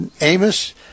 Amos